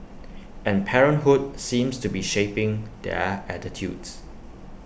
and parenthood seems to be shaping their attitudes